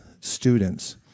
students